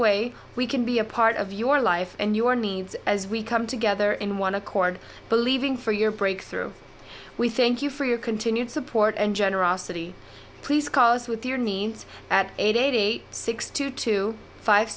way we can be a part of your life and your needs as we come together in one accord believing for your breakthrough we thank you for your continued support and generosity please call us with your needs eight eight eight six two two five